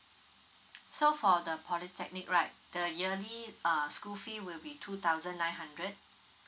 so for the polytechnic right the yearly uh school fee will be two thousand nine hundred